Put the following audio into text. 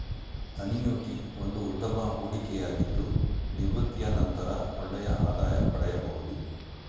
annuity ಒಂದು ಉತ್ತಮ ಹೂಡಿಕೆಯಾಗಿದ್ದು ನಿವೃತ್ತಿಯ ನಂತರ ಒಳ್ಳೆಯ ಆದಾಯ ಪಡೆಯಬಹುದು